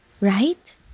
right